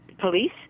police